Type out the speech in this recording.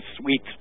sweet